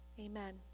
Amen